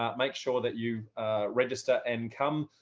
um make sure that you register and come.